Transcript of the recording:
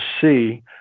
see